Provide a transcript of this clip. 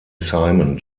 simon